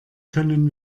können